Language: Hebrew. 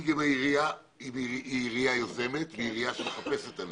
העירייה היא עירייה יוזמת והיא עירייה שמחפשת את הנפט,